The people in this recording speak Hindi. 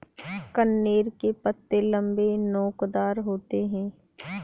कनेर के पत्ते लम्बे, नोकदार होते हैं